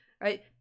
right